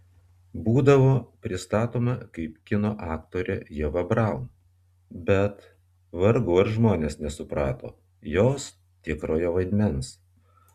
būdavo pristatoma kaip kino aktorė ieva braun bet vargu ar žmonės nesuprato jos tikrojo vaidmens